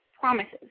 promises